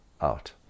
out